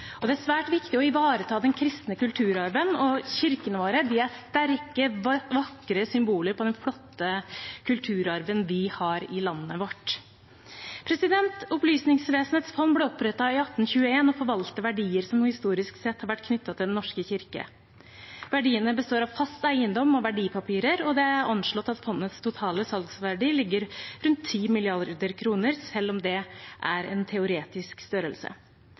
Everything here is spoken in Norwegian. Det er svært viktig å ivareta den kristne kulturarven, og kirkene våre er sterke, vakre symboler på den flotte kulturarven vi har i landet vårt. Opplysningsvesenets fond ble opprettet i 1821 og forvalter verdier som historisk sett har vært knyttet til Den norske kirke. Verdiene består av fast eiendom og verdipapirer, og det er anslått at fondets totale salgsverdi ligger rundt 10 mrd. kr, selv om det er en teoretisk størrelse.